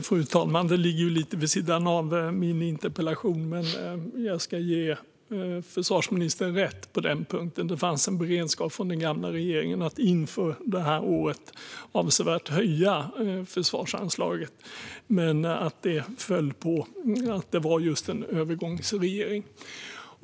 Fru talman! Det ligger lite vid sidan av min interpellation, men jag ska ge försvarsministern rätt på denna punkt. Det fanns en beredskap från den gamla regeringen att inför detta år avsevärt höja försvarsanslaget. Det föll dock på att det var en övergångsregering.